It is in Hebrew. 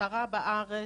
הותרה בארץ,